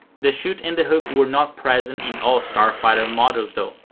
the chute and hook were not present in all starfighter models though.